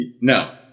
No